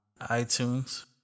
iTunes